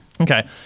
Okay